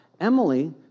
Emily